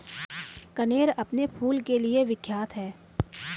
कनेर अपने फूल के लिए विख्यात है